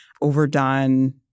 overdone